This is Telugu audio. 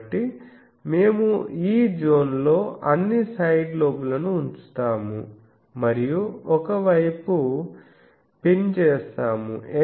కాబట్టి మేము ఈ జోన్లో అన్ని సైడ్ లోబ్లను ఉంచుతాము మరియు ఒక వైపు పిన్ చేస్తాము